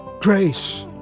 grace